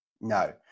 No